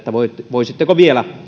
voisitteko vielä